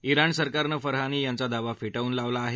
Iran सरकारनं Farhani यांचा दावा फेटाळून लावला आहे